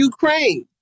Ukraine